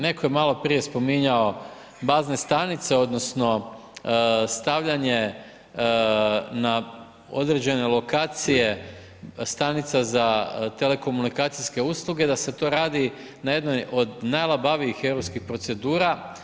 Netko je maloprije spominjao bazne stanice, odnosno, stavljanje na određene lokacije stanica za telekomunikacijske usluge, da se to radi na jednoj od najlabavijih europskih procedura.